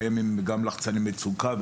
קיימים גם לחצני מצוקה,